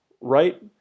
right